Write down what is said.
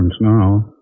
now